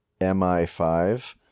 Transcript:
mi5